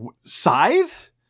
Scythe